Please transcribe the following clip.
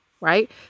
right